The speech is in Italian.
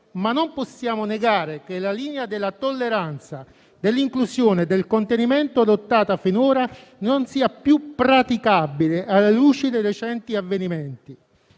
ma non possiamo negare che la linea della tolleranza, dell'inclusione e del contenimento adottata finora non sia più praticabile, alla luce dei recenti avvenimenti.